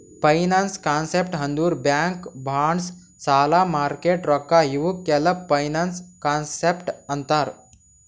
finance concept ಅಂದುರ್ bank bonds ಸಾಲ market ರೊಕ್ಕಾ ಇವುಕ್ ಎಲ್ಲಾ ಫೈನಾನ್ಸ್ ಕಾನ್ಸೆಪ್ಟ್ ಅಂತಾರ್